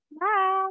Bye